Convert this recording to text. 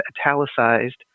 italicized